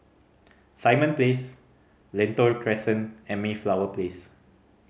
Simon Place Lentor Crescent and Mayflower Place